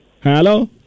Hello